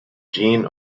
gene